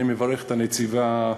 אני מברך את הנציבה,